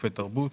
לגופי תרבות